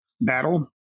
battle